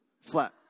flat